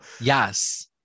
yes